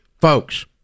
folks